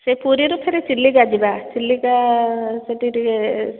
ସେଇ ପୁରୀ ରୁ ଫେର୍ ଚିଲିକା ଯିବା ଚିଲିକା ସେଠି ଟିକେ